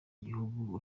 gihugu